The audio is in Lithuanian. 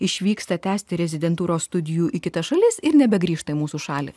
išvyksta tęsti rezidentūros studijų į kitas šalis ir nebegrįžta į mūsų šalį